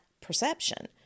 perception